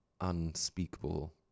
unspeakable